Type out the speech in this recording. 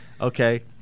Okay